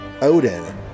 Odin